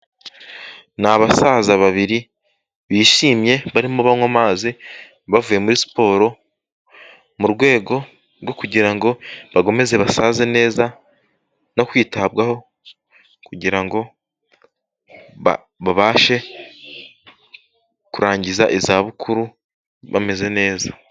Ni abasaza babiri bishimye, barimo banywa amazi bavuye muri siporo mu rwego rwo kugira ngo bakomeze basaze neza no kwitabwaho kugira ngo babashe kurangiza izabukuru bameze neza.